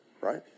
right